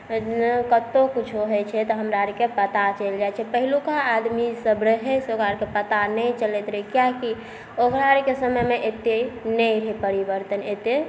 कतहु किछु होइ छै तऽ हमरा आरके पता चलि जाइ छै पहिलुका आदमी सब रहै से ओकरा आरके पता नहि चलैत रहै कियाकि ओकरा आरके समयमे एतेक नहि रहै परिवर्तन एतेक